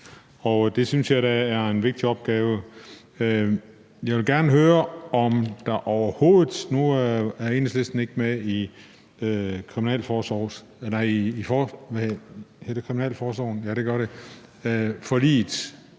Det synes jeg da er en vigtig opgave. Jeg vil gerne høre om noget. Nu er